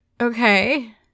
Okay